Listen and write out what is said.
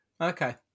Okay